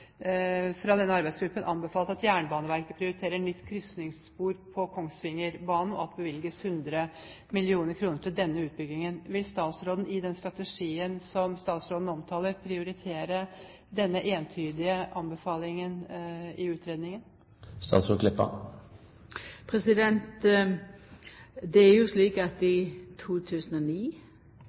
bevilges 100 mill. kr til denne utbyggingen. Vil statsråden i den strategien som statsråden omtaler, prioritere denne entydige anbefalingen i utredningen? Det er jo slik at i